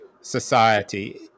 society